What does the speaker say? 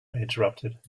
interrupted